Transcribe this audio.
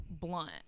blunt